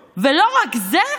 פתאום.